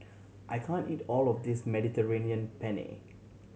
I can't eat all of this Mediterranean Penne